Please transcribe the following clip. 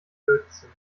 lötzinn